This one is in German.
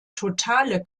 totale